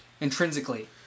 Intrinsically